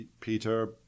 Peter